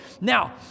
Now